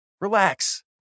Relax